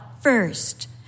first